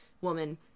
woman